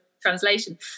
translation